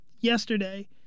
yesterday